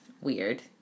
weird